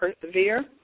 persevere